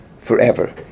forever